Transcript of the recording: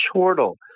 chortle